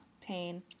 pain